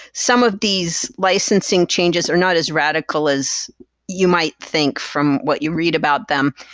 some of these licensing changes are not as radical as you might think from what you read about them.